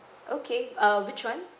okay uh which one